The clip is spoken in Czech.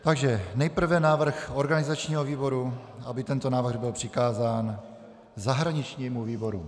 Takže nejprve návrh organizačního výboru, aby tento návrh byl přikázán zahraničnímu výboru.